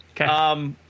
Okay